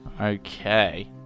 Okay